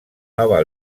nova